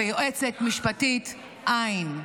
ויועצת משפטית אין.